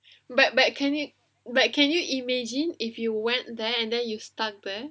but can you but can you imagine if you went there and then you stuck there